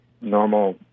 normal